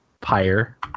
Pyre